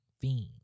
fiend